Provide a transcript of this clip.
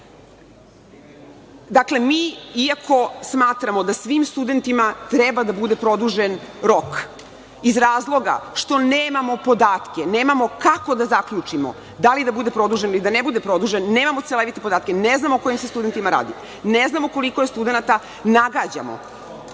mi iako smatramo da svim studentima treba da bude produžen rok, iz razloga što nemamo podatke, nemamo kako da zaključimo da li da bude produžen ili da ne bude produžen, nemamo slojevite podatke, ne znamo o kojim se studentima radi, ne znamo koliko je studenata, nagađamo.